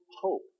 hope